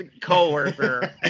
co-worker